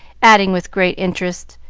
adding, with great interest,